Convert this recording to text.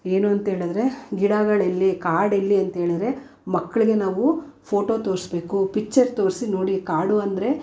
ಏನು ಅಂತ್ಹೇಳಿದ್ರೆ ಗಿಡಗಳೆಲ್ಲಿ ಕಾಡೆಲ್ಲಿ ಅಂತ್ಹೇಳಿದ್ರೆ ಮಕ್ಕಳಿಗೆ ನಾವು ಫೋಟೋ ತೋರಿಸ್ಬೇಕು ಪಿಚ್ಚರ್ ತೋರಿಸಿ ನೋಡಿ ಕಾಡು ಅಂದರೆ